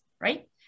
right